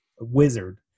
Wizard